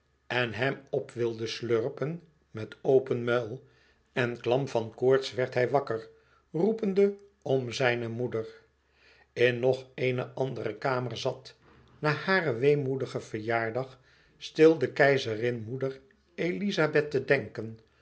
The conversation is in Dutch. en hem op wilde slurpen met open muil en klam van koorts werd hij wakker roepende om zijne moeder in nog eene andere kamer zat na haren weemoedigen verjaardag stil de keizerin moeder elizabeth te denken